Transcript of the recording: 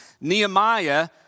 Nehemiah